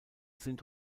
sind